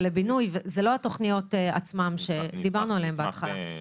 ולבינוי אלה לא התוכניות עצמן שדיברנו עליהן בהתחלה.